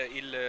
il